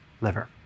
liver